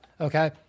Okay